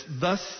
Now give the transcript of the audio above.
Thus